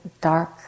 dark